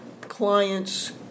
clients